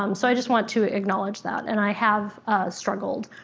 um so i just want to acknowledge that, and i have struggled.